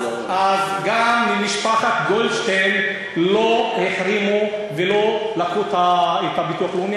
גם למשפחת גולדשטיין לא החרימו ולא לקחו את הביטוח הלאומי.